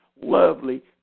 lovely